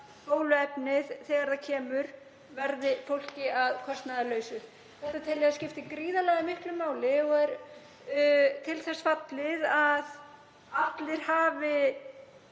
fólki að kostnaðarlausu. Þetta tel ég að skipti gríðarlega miklu máli og er til þess fallið að allir hafi